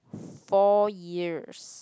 four years